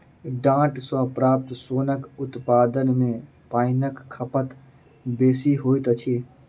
डांट सॅ प्राप्त सोनक उत्पादन मे पाइनक खपत बेसी होइत अछि